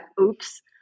oops